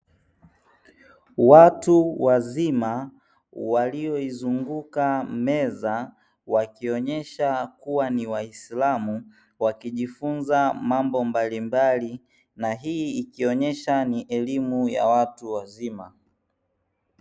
Watu wazima walioizunguka meza wakionyesha kuwa ni waisilamu, wakijifunza mambo mbalimbali na hii ikionyesha ni elimu ya watu wazima.